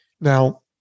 Now